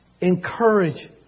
Encourage